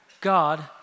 God